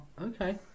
Okay